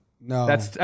No